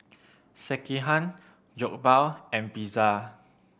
Sekihan Jokbal and Pizza